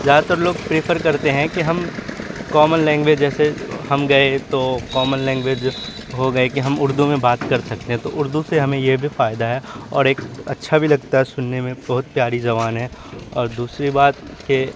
زیادہ تر لوگ پریفر کرتے ہیں کہ ہم کامن لینگویج جیسے ہم گئے تو کامن لینگویج ہو گئے کہ ہم اردو میں بات کر سکتے ہیں تو اردو سے ہمیں یہ بھی فائدہ ہے اور ایک اچھا بھی لگتا ہے سننے میں بہت پیاری زبان ہے اور دوسری بات کہ